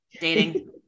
dating